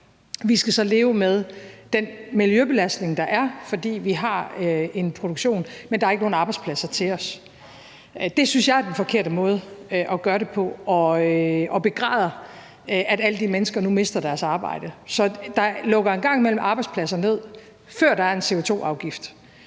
Vi skal så leve med den miljøbelastning, der er, fordi vi har en produktion, men der er ikke nogen arbejdspladser til os. Det synes jeg er den forkerte måde at gøre det på, og jeg begræder, at alle de mennesker nu mister deres arbejde. Så der lukker en gang imellem arbejdspladser ned, før der er en CO2-afgift,